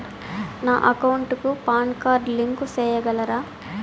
నా అకౌంట్ కు PAN card link సేయగలరా?